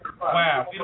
Wow